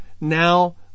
now